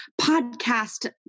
podcast